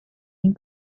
این